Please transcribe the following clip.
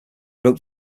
wrote